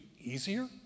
easier